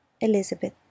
Elizabeth